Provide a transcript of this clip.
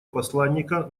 посланника